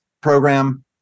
program